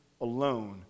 alone